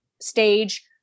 stage